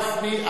גפני,